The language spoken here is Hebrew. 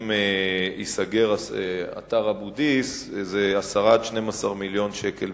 אם ייסגר אתר אבו-דיס, הוא 10 12 מיליון ש"ח בשנה,